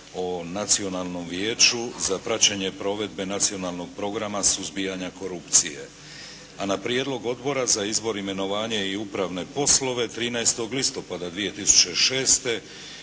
o Nacionalnom vijeću za praćenje provedbe nacionalnog programa suzbijanja korupcije, a na prijedlog Odbora za izbor, imenovanje i upravne poslove 13. listopada 2006.